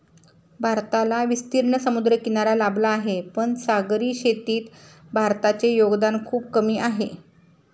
भारताला विस्तीर्ण समुद्रकिनारा लाभला आहे, पण सागरी शेतीत भारताचे योगदान खूप कमी आहे